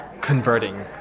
converting